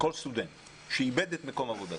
לכל סטודנט שאיבד את מקום עבודתו,